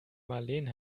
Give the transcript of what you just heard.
marleen